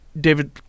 David